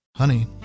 Honey